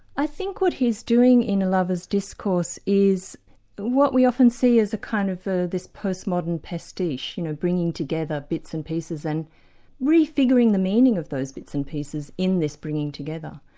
i think what he's doing in a lover's discourse is what we often see as a kind of of this post-modern pastiche, you know, bringing together bits and pieces and refiguring the meaning of those bits and pieces in this bringing together.